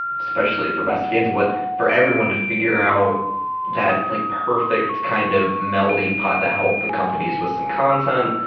especially for best of gainesville, but for everyone to figure out that like perfect kind of melding pot to help the companies with some content,